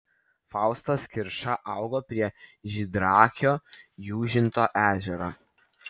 faustas kirša augo prie žydraakio jūžinto ežero